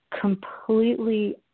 completely